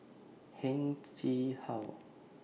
Heng Chee How